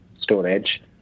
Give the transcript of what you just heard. storage